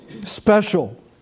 special